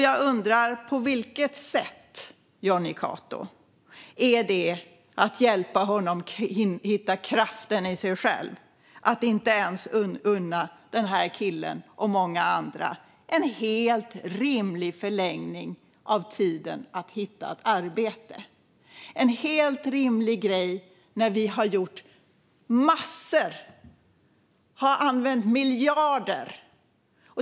Jag undrar: På vilket sätt, Jonny Cato, är det att hjälpa den här killen att hitta kraften i sig själv att inte ens unna honom och många andra en helt rimlig förlängning av tiden för att hitta ett arbete? Det är en helt rimlig grej när vi har gjort massor och använt miljarder.